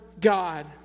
God